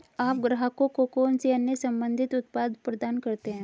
आप ग्राहकों को कौन से अन्य संबंधित उत्पाद प्रदान करते हैं?